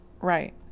Right